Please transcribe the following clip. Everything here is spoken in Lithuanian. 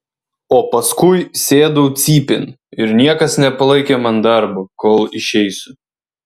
o paskui sėdau cypėn ir niekas nepalaikė man darbo kol išeisiu